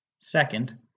second